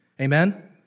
Amen